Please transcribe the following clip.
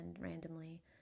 randomly